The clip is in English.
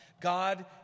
God